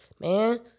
man